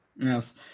Yes